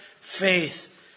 faith